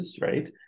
right